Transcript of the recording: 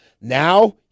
now